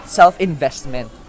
self-investment